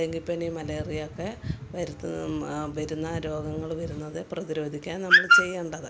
ഡെങ്കിപ്പനി മലേറിയ ഒക്കെ വരുത്തുന്ന വരുന്ന രോഗങ്ങൾ വരുന്നത് പ്രതിരോധിക്കാൻ നമ്മൾ ചെയ്യേണ്ടത്